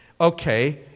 okay